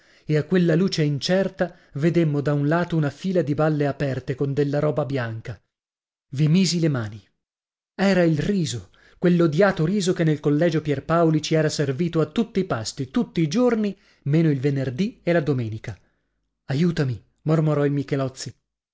e a quella luce incerta vedemmo da un lato una fila di balle aperte con della roba bianca i misi le mani era il riso quell'odiato riso che nel collegio pierpaoli ci era servito a tutti i pasti tutti i giorni meno il venerdi e la domenica aiutami mormorò il michelozzi